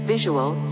visual